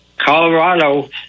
Colorado